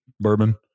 bourbon